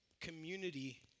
community